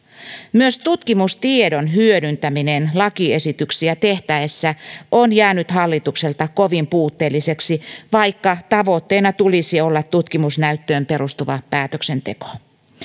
myös tutkimustiedon hyödyntäminen lakiesityksiä tehtäessä on jäänyt hallitukselta kovin puutteelliseksi vaikka tavoitteena tulisi olla tutkimusnäyttöön perustuva päätöksenteko